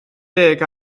deg